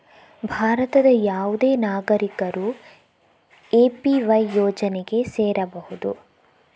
ಭಾರತದ ಯಾವುದೇ ನಾಗರಿಕರು ಎ.ಪಿ.ವೈ ಯೋಜನೆಗೆ ಸೇರಬಹುದು